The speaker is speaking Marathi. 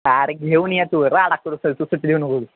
अरे घेऊन या तु राडा करू